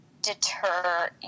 deter